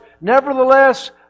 Nevertheless